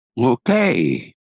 Okay